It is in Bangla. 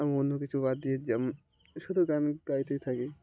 এবং অন্য কিছু বাদ দিয়ে যেমন শুধু গান গাইতেই থাকি